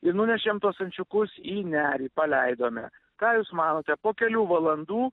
ir nunešėm tuos ančiukus į nerį paleidome ką jūs manote po kelių valandų